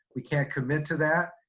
we can't commit to that.